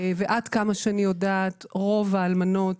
ועד כמה שאני יודעת רוב האלמנות